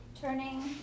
turning